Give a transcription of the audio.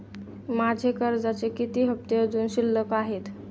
माझे कर्जाचे किती हफ्ते अजुन शिल्लक आहेत?